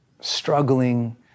struggling